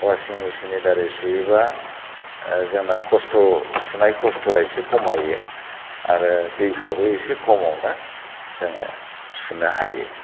वासिं मेशिननि दारै सुयोब्ला जोंना खस्त' सुनाय खस्त'आ एसे खमायो आरो दैफोराबो एसे खमावनो जोंङो सुनो हायो